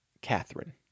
Catherine